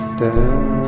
down